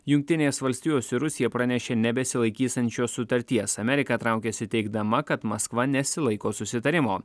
jungtinės valstijos ir rusija pranešė nebesilaikysiančios sutarties amerika traukiasi teigdama kad maskva nesilaiko susitarimo